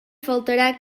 faltarà